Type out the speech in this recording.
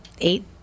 eight